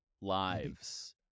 lives